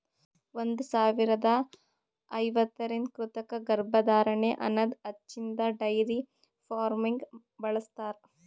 ಒಂದ್ ಸಾವಿರದಾ ಐವತ್ತರಿಂದ ಕೃತಕ ಗರ್ಭಧಾರಣೆ ಅನದ್ ಹಚ್ಚಿನ್ದ ಡೈರಿ ಫಾರ್ಮ್ದಾಗ್ ಬಳ್ಸತಾರ್